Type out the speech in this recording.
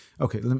Okay